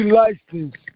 license